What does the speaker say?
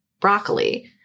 broccoli